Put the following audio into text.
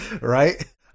right